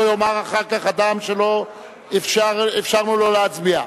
לא יאמר אחר כך אדם שלא אפשרנו לו להצביע.